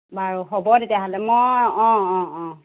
বাৰু হ'ব তেতিয়াহ'লে মই অঁ অঁ অঁ